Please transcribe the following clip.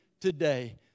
today